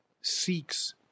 seeks